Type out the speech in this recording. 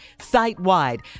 site-wide